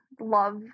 love